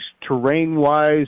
terrain-wise